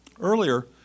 Earlier